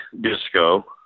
disco